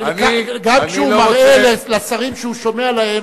גם כשהוא מראה לשרים שהוא שומע להם,